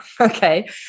okay